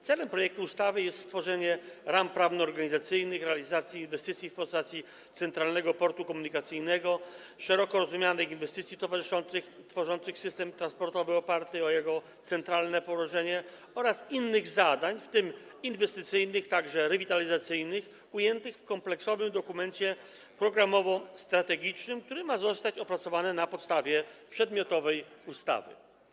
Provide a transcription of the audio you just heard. Celem projektu ustawy jest stworzenie ram prawno-organizacyjnych realizacji inwestycji w postaci Centralnego Portu Komunikacyjnego, szeroko rozumianych inwestycji towarzyszących i tworzących system transportowy oparty na jego centralnym położeniu oraz innych zadań, w tym inwestycyjnych, a także rewitalizacyjnych, ujętych w kompleksowym dokumencie programowo-strategicznym, który ma zostać opracowany na podstawie przedmiotowej ustawy.